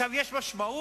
עכשיו, יש משמעות